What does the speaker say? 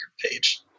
page